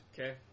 Okay